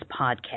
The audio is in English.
podcast